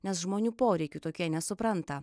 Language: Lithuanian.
nes žmonių poreikių tokie nesupranta